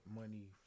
money